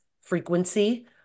frequency